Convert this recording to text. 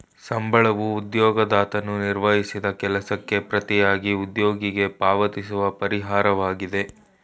ಸಂಬಳವೂ ಉದ್ಯೋಗದಾತನು ನಿರ್ವಹಿಸಿದ ಕೆಲಸಕ್ಕೆ ಪ್ರತಿಯಾಗಿ ಉದ್ಯೋಗಿಗೆ ಪಾವತಿಸುವ ಪರಿಹಾರವಾಗಿದೆ